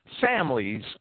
families